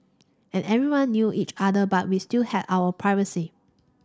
and everyone knew each other but we still had our privacy